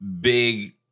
big